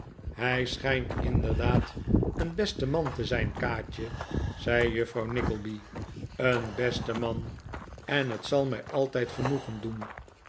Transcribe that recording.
hij schijnt inderdaad een beste man te zijn kaatje zei juffrouw nickleby een beste man en het zal mij altijd genoegen doen